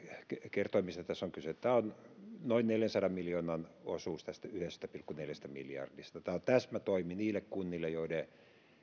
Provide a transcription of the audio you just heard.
kertoi mistä tässä on kyse tämä on noin neljänsadan miljoonan osuus tästä yhdestä pilkku neljästä miljardista tämä on täsmätoimi niille kunnille joiden